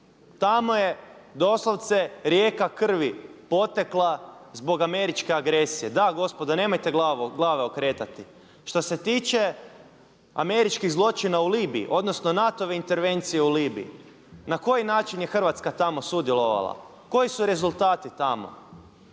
Tamo je doslovce rijeka krvi potekla zbog američke agresije. Da gospodo nemojte glave okretati. Što se tiče američkih zločina u Libiji, odnosno NATO-ve intervencije u Libiji. Na koji način je Hrvatska tamo sudjelovala, koji su rezultati tamo?